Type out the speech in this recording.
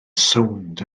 sownd